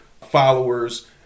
followers